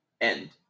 end